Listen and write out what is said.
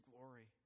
glory